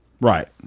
Right